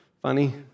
Funny